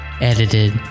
edited